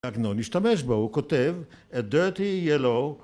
‫עגנון השתמש בו, הוא כותב, ‫a dirty yellow...